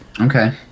Okay